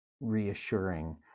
reassuring